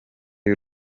y’u